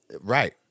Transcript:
right